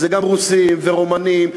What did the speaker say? גם רוסים ורומנים,